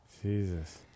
Jesus